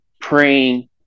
praying